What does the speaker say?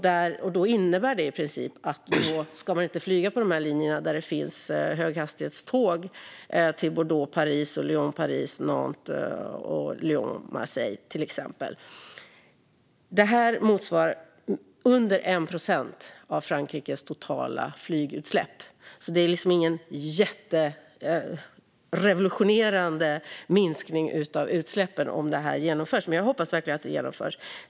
Det innebär i princip att man inte ska flyga på de linjer där det finns höghastighetståg, till exempel mellan Bordeaux och Paris, Lyon och Paris, Nantes, Lyon och Marseille. Det här motsvarar under 1 procent av Frankrikes totala flygutsläpp, så det blir ingen jätterevolutionerande minskning av utsläppen om detta genomförs. Men jag hoppas verkligen att det genomförs!